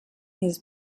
his